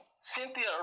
Cynthia